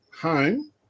home